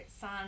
son